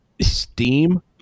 Steam